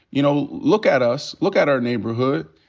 you know, look at us. look at our neighborhood.